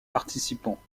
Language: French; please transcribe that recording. participants